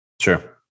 Sure